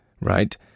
right